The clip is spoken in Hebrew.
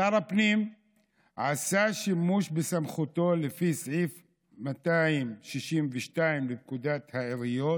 שר הפנים עשה שימוש בסמכותו לפי סעיף 262 לפקודת העיריות.